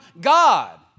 God